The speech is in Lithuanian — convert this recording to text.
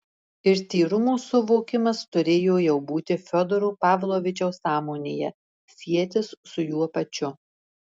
ir tyrumo suvokimas turėjo jau būti fiodoro pavlovičiaus sąmonėje sietis su juo pačiu